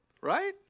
Right